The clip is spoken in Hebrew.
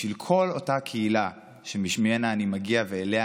בשביל כל אותה קהילה שממנה אני מגיע ואליה